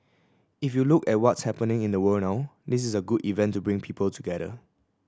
if you look at what's happening in the world now this is a good event to bring people together